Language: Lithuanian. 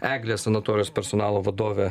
eglės sanatorijos personalo vadovė